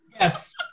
Yes